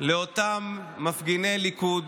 לאותם מפגיני ליכוד,